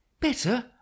Better